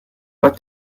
but